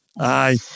Aye